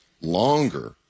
longer